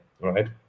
right